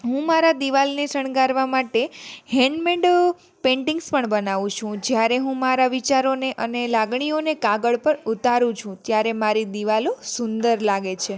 હું મારા દીવાલને શણગારવા માટે હેન્ડ મેડ પેન્ટિંગ્સ પણ બનાવું છું જ્યારે હું મારા વિચારોને અને લાગણીઓને કાગળ પર ઉતારું છું ત્યારે મારી દીવાલો સુંદર લાગે છે